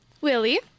Willie